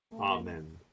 Amen